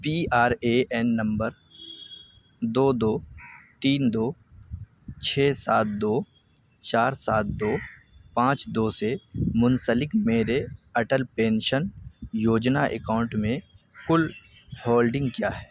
P R A N number دو دو تین دو چھ سات دو چار سات دو پانچ دو سے منسلک میرے اٹل پنشن یوجنا اکاؤنٹ میں کل ہولڈنگ کیا ہے